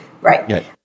right